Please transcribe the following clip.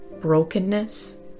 brokenness